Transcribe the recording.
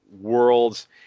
worlds